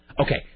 Okay